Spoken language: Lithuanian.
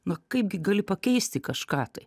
na kaipgi gali pakeisti kažką tai